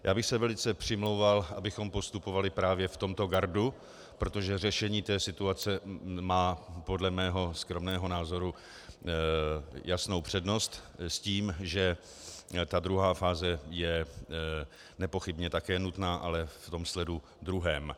Já bych se velice přimlouval, abychom postupovali právě v tomto gardu, protože řešení situace má podle mého skromného názoru jasnou přednost s tím, že ta druhá fáze je nepochybně také nutná, ale v tom sledu druhém.